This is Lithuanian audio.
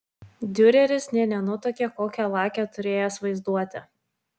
diureris nė nenutuokė kokią lakią turėjęs vaizduotę